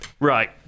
Right